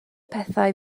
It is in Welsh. pethau